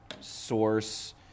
source